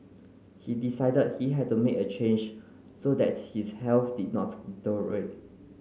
he decided he had to make a change so that his health did not